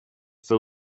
phil